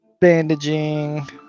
Bandaging